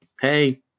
hey